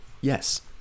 Yes